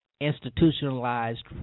institutionalized